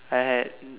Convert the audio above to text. I had